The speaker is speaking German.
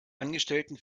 angestellten